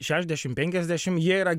šešiasdešim penkiasdešim jie yra